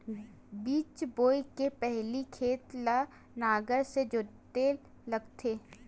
बीज बोय के पहिली खेत ल नांगर से जोतेल लगथे?